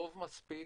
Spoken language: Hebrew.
טוב מספיק,